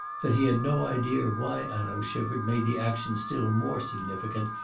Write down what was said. that he had no idea why hanaud shivered made the action still more significant,